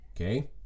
Okay